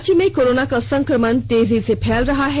राज्य में कोरोना का संक्रमण तेजी से फैल रहा है